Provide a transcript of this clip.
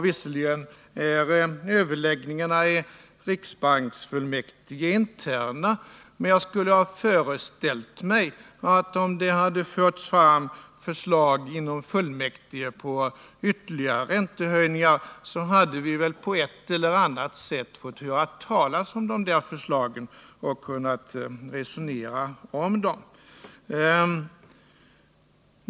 Visserligen är överläggningarna i riksbanksfullmäktige interna, men jag skulle föreställa mig at. om det hade förts fram förslag inom fullmäktige om ytterligare räntehöjningar, så hade vi på ett eller annat sätt fått höra talas om de där förslagen och kunnat resonera om dem.